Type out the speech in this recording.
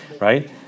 right